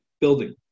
building